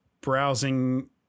browsing